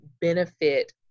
benefit